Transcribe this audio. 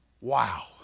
Wow